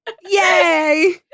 Yay